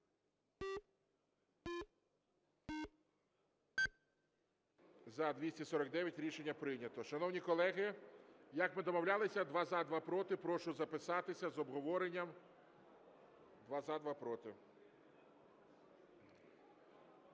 За-249 Рішення прийнято. Шановні колеги, як ми домовлялися: два – за, два – проти. Прошу записатися з обговоренням: два – за, два – проти.